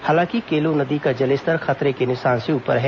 हालांकि केलो नदी का जलस्तर खतरे के निशान से ऊपर है